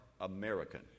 American